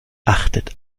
achtet